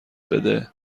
بده